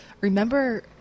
remember